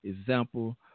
example